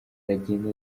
aragenda